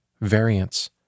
variance